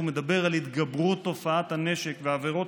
הוא מדבר על התגברות תופעת הנשק ועבירות